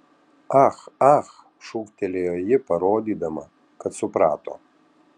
ah ah šūktelėjo ji parodydama kad suprato